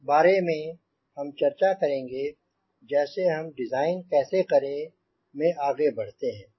इस बारे में हम चर्चा करेंगे जैसे हम डिज़ाइन कैसे करें में आगे बढ़ते हैं